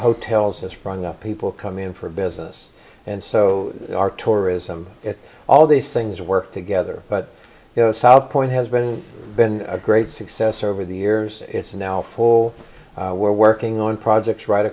hotels has sprung up people come in for business and so our tourism all these things work together but you know south point has been been a great success over the years it's now for we're working on projects right